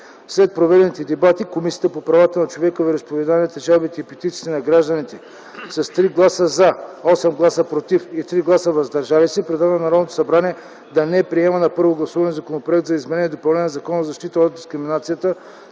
След проведените дебати Комисията по правата на човека, вероизповеданията, жалбите и петициите на гражданите с 3 гласа „за”, 8 гласа „против” и 3 гласа „въздържали се” предлага на Народното събрание да не приема на първо гласуване Законопроект за изменение и допълнение на Закона за защита от дискриминация,